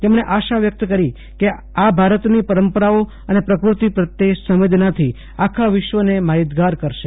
તેમણે આશા વ્યકત કરી કે આ ભારતની પરંપરાઓ અને પ્રકૃત્તિ પ્રત્યે સંવેદનાથી આખા વિશ્વને માહિતગાર કરશે